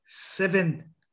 seven